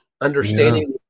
understanding